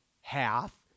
half